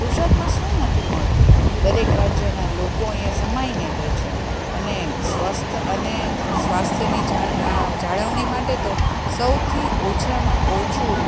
ગુજરાતમાં શું નથી મળતું દરેક રાજ્યના લોકો અહીંયા સમાઈને રહે છે અને સ્વસ્થ અને સ્વાસ્થ્યની જાણ જાળવણી માટે તો સૌથી ઓછામાં ઓછું